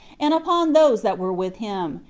and upon those that were with him,